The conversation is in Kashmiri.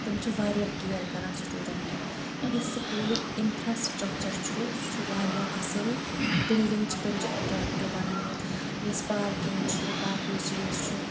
تِم چھ واریاہ کِیر کران سِٹیوٗڈنٹن یُس سکوٗلُک اِنفراسِٹرکچر چھُ سُہ چھُ واریاہ اَصل بِلڈِنگ چھ تٔمۍچہِ اٹریکٹِو بنأیِتھ یۄس پارکِنگ چھ باقے چیٖز چھ